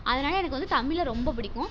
அதனால் எனக்கு வந்து தமிழ் ரொம்பப் பிடிக்கும்